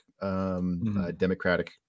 Democratic